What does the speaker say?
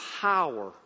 power